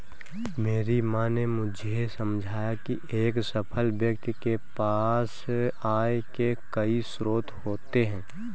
मेरी माँ ने मुझे समझाया की एक सफल व्यक्ति के पास आय के कई स्रोत होते हैं